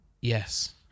Yes